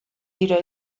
tiro